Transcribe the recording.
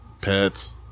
pets